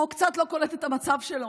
או שהוא קצת לא קולט את המצב שלו,